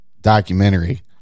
documentary